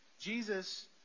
Jesus